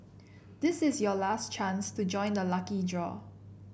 this is your last chance to join the lucky draw